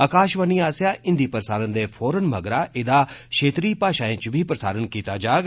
आकाषवाणी आसेआ हिंदी प्रसारण दे फौरन मगरा एहदा क्षेत्रीय भाशाएं च बी प्रसारण कीता जाग